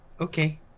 Okay